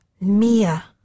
Mia